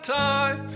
time